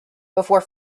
before